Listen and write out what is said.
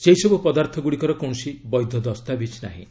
ସେହିସବୁ ପଦାର୍ଥଗୁଡ଼ିକର କୌଣସି ବୈଧ ଦସ୍ତାବିଜ ନାହିଁ